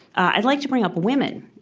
i'd like to bring up women,